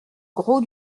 grau